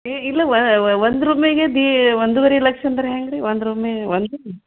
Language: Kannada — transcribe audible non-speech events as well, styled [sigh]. ಏ ಇಲ್ಲವ್ವಾ ಒಂದು ರೂಮಿಗೆ ಭೀ ಒಂದೂವರೆ ಲಕ್ಷ ಅಂದ್ರೆ ಹೆಂಗೆ ರೀ ಒಂದು ರೂಮು ಒಂದು [unintelligible]